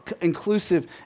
inclusive